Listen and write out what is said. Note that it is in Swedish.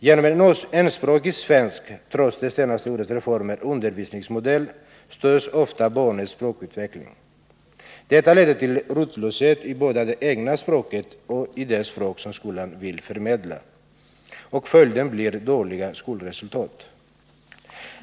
Genom en enspråkig svensk — trots de senaste årens reformer — undervisningsmodell störs ofta barnets språkutveckling. Detta leder till rotlöshet både i det egna språket och i det språk som skolan vill förmedla, och följden blir dåliga skolresultat.